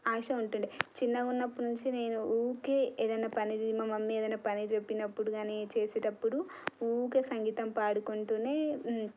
ఆశ ఉంటుండే చిన్నగా ఉన్నప్పటి నుంచి నేను ఊరికే ఏదైనా పని మా మమ్మీ ఏదైనా పని చెప్పినప్పుడు కానీ చేసేటప్పుడు ఊరికే సంగీతం పాడుకుంటూనే